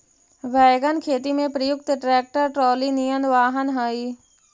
wagon खेती में प्रयुक्त ट्रैक्टर ट्रॉली निअन वाहन हई